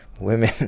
women